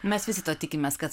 mes visi to tikimės kad